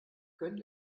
könnt